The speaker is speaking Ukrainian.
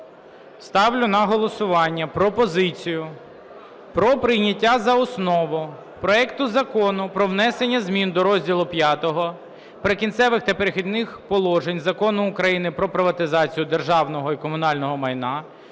Ставлю на голосування пропозицію про прийняття за основу проекту Закону про внесення змін до розділу V "Прикінцевих та Перехідних положень" Закону України "Про приватизацію державного і комунального майна"